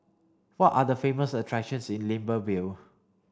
what are the famous attractions in Libreville